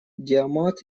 диамат